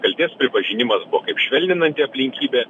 kaltės pripažinimas buvo kaip švelninanti aplinkybė